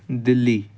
Delhi